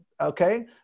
okay